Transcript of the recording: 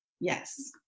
Yes